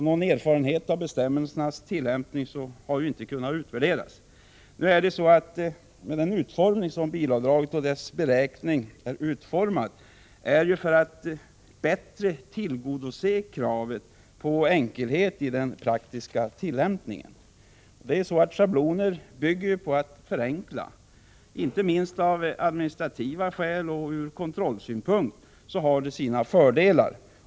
Någon erfarenhet av bestämmelsernas tillämpning har inte kunnat vinnas. Utformningen av bilavdraget har gjorts för att bättre tillgodose kravet på enkelhet i den praktiska tillämpningen. Schabloner bygger ju på att förenkla. Inte minst av administrativa skäl och ur kontrollsynpunkt har det sina fördelar.